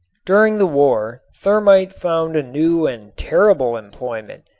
during the war thermit found a new and terrible employment,